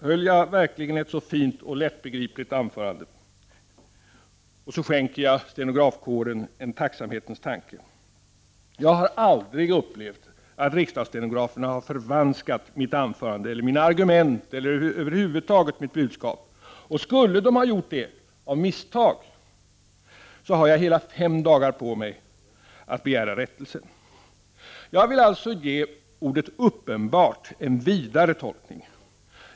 Höll jag verkligen ett så fint och lättbegripligt anförande? Och så skänker jag stenografkåren en tacksamhetens tanke. Jag har aldrig upplevt att riksdagsstenograferna har förvanskat mitt anförande eller mina argument eller över huvud taget mitt budskap. Och skulle stenograferna ha gjort det — av misstag — har jag hela fem dagar på mig att begära rättelse. Jag vill således ge ordet ”uppenbart” en vidare tolkning.